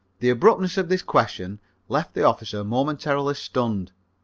the abruptness of this question left the officer momentarily stunned,